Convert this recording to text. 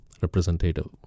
representative